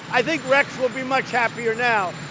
i think rex will be much happier now.